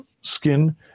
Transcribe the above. skin